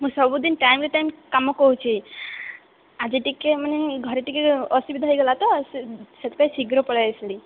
ମୁଁ ସବୁଦିନେ time to time କାମ କରୁଛି ଆଜି ଟିକେ ମାନେ ଘରେ ଟିକେ ଅସୁବିଧା ହେଇଗଲା ତ ସେ ସେ ସେଥିପାଇଁ ଶୀଘ୍ର ପଳାଇ ଆସିଲି